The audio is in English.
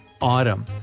Autumn